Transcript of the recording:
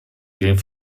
gegen